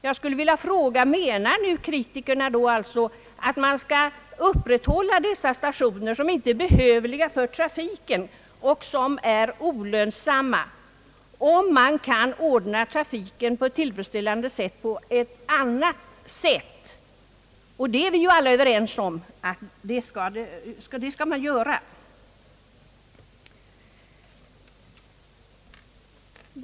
Jag skulle vilja fråga kritikerna: Menar ni att man skall upprätthålla dessa stationer, som inte behövs för trafiken och som är olönsamma, även om trafiken kan ordnas tillfredsställande på ett annat sätt? Och det är vi ju alla överens om att man skall göra.